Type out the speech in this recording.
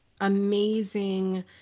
amazing